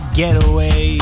getaway